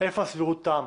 איפה הסבירות תמה?